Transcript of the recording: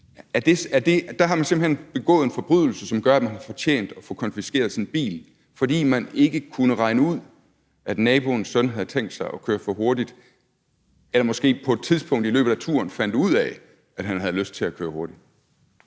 der har man simpelt hen begået en forbrydelse, som gør, at man har fortjent at få konfiskeret sin bil, fordi man ikke kunne regne ud, at naboens søn havde tænkt sig at køre for hurtigt eller måske på et tidspunkt i løbet af turen fandt ud af, at han havde lyst til at køre hurtigt?